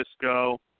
Cisco